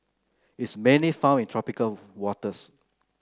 it's mainly found in tropical waters